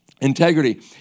Integrity